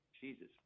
Jesus